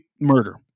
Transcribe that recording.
murder